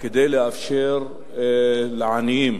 לאפשר לעניים,